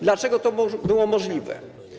Dlaczego to było możliwe?